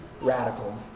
radical